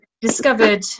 discovered